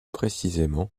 précisément